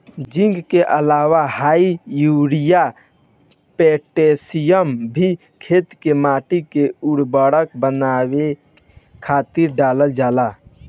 zinc के अलावा डाई, यूरिया, पोटैशियम भी खेते में माटी के उपजाऊ बनावे खातिर डालल जाला